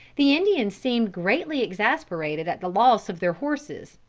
the indians seemed greatly exasperated at the loss of their horses.